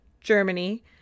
germany